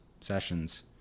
sessions